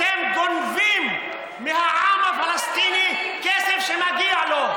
אתם גונבים מהעם הפלסטיני כסף שמגיע לו.